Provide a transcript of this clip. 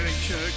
church